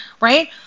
right